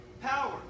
power